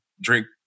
drink